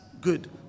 good